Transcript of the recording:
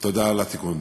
תודה על התיקון.